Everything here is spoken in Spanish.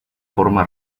forma